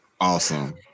Awesome